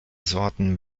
sorten